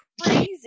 crazy